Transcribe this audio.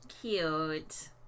Cute